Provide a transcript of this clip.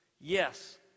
Yes